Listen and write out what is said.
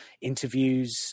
interviews